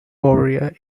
warrior